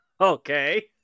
okay